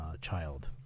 child